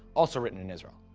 also written in israel.